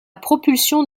propulsion